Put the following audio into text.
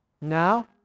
now